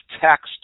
text